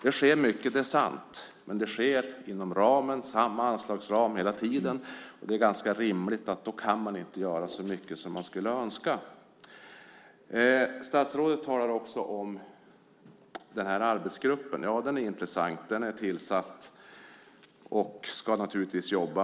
Det sker mycket - det är sant - men det sker hela tiden inom samma anslagsram. Rimligen kan man då inte göra så mycket som man skulle önska göra. Statsrådet talar om den arbetsgrupp som finns. Ja, den är intressant. Den är tillsatt och ska naturligtvis jobba.